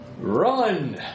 Run